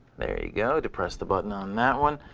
there you go, depress the button on that one.